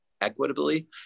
equitably